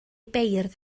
beirdd